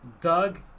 Doug